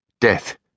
Death